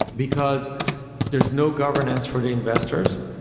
because there's no governance for the investors,